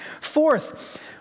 Fourth